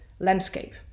landscape